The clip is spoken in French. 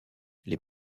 les